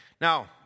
Now